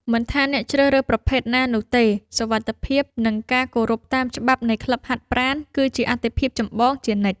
មិនថាអ្នកជ្រើសរើសប្រភេទណានោះទេ សុវត្ថិភាព និងការគោរពតាមច្បាប់នៃក្លឹបហាត់ប្រាណ គឺជាអាទិភាពចម្បងជានិច្ច។